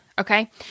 okay